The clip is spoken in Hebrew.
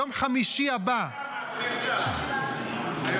ביום חמישי הבא --- אדוני השר,